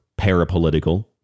parapolitical